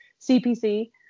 CPC